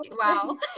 Wow